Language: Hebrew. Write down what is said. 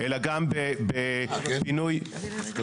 נציגי הממשלה,